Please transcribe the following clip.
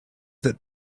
that